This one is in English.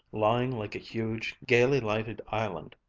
lying like a huge, gaily lighted island,